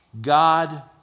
God